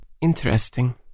Interesting